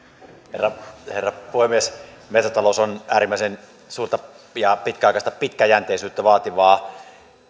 herra herra puhemies metsätalous on äärimmäisen suurta ja pitkäjänteisyyttä vaativaa